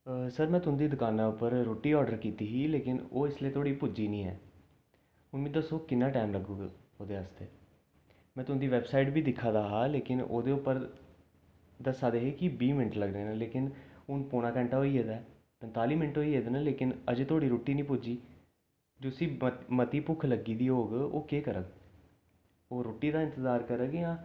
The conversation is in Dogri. सर में तुं'दी दकाना पर रुट्टी आर्डर कीती ही लेकिन ओ अजें धोड़ी पुज्जी निं ऐ हून मिगी दस्सो किन्ना टाइम लग्गग ओह्दे आस्तै मी तुं'दी वैबसाइट बी दिक्खा दा हा लेकिन ओह्दे पर दस्सा दे हे कि बीह् मिन्ट लग्गने न लेकिन हून पौना घैंटा होई गेदा पंजताली मिन्ट होई गेदे न लेकिन अजें धोड़ी रुट्टी निं पुज्जी जिसी म मती भुक्ख लग्गी दी होग ओह् केह् करग ओह् रुट्टी दा इंतजार करग जां